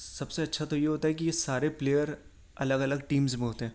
سب سے اچھا تو یہ ہوتا ہے کہ سارے پلیئر الگ الگ ٹیمز سے ہوتے ہیں